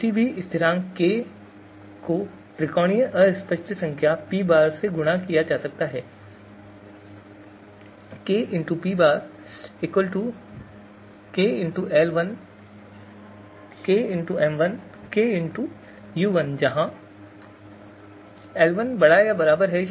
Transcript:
किसी भी स्थिरांक k को त्रिकोणीय अस्पष्ट संख्या P̃ से गुणा किया जा सकता है